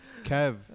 Kev